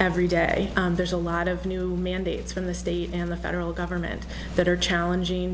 every day there's a lot of new mandates from the state and the federal government that are challenging